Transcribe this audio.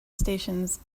stations